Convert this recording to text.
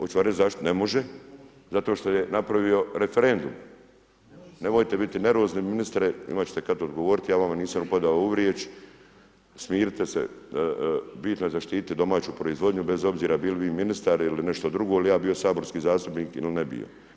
Oću vam reć zašto ne može, zato što je napravio referendum, nemojte biti nervozni ministre imat ćete kad odgovorit ja vama nisam upadao u riječ, smirite se bitno je zaštititi domaću proizvodnju bez obzira bili vi ministar ili nešto drugo ili ja bio saborski zastupnik il ne bio.